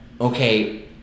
okay